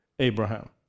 Abraham